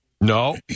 No